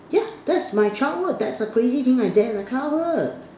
yeah that's my childhood that's a crazy thing I did in the childhood